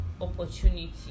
opportunity